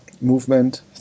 movement